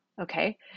Okay